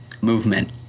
movement